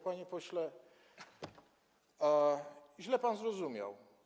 Panie pośle, źle pan zrozumiał.